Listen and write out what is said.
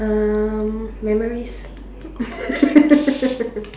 um memories